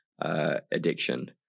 addiction